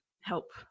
help